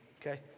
okay